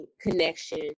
connection